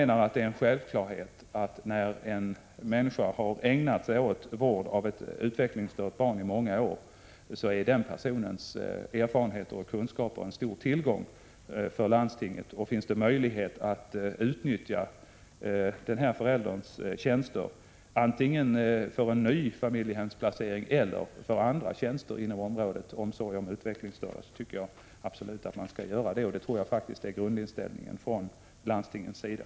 När en person under många år har ägnat sig åt vård av ett utvecklingsstört barn, har hon skaffat sig erfarenheter och kunskaper som enligt min mening är en stor tillgång för landstinget. Om det finns möjligheter att utnyttja den förälderns tjänster antingen för en ny familjehemsplacering eller för andra uppgifter inom omsorgen av utvecklingsstörda, tycker jag absolut att man skall ta vara på dem. Den grundinställningen tror jag faktiskt att också landstingen har.